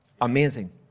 amazing